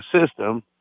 system